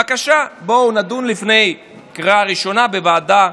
בבקשה, בוא ונדון לפני קריאה ראשונה בוועדה,